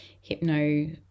hypno